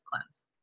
cleanse